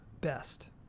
best